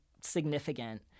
significant